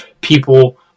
people